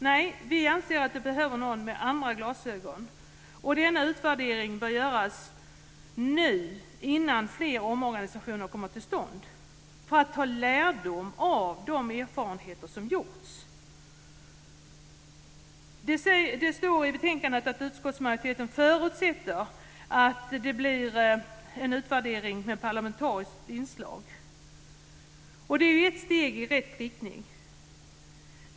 Nej, vi anser att det behöver vara någon med andra glasögon. Denna utvärdering bör göras nu, innan fler omorganisationer kommer till stånd, för att dra lärdom av de erfarenheter som gjorts. Det står i betänkandet att utskottsmajoriteten förutsätter att det blir en utvärdering med parlamentariskt inslag - och det är ju ett steg i rätt riktning.